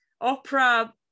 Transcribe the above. opera